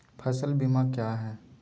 फ़सल बीमा क्या है?